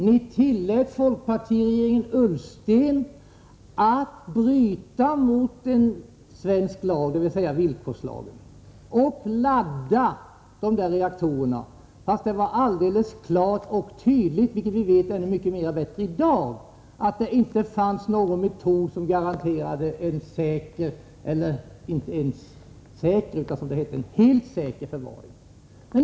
Ni tillät folkpartiregeringen Ullsten att bryta mot en svensk lag, dvs. villkorslagen, och ladda reaktorerna fast det var alldeles klart och tydligt, vilket vi vet ännu bättre i dag, att det inte fanns någon metod som garanterade en, som det hette, helt säker förvaring.